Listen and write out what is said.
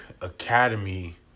academy